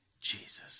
Jesus